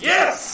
Yes